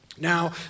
Now